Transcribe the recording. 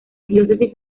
diócesis